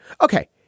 Okay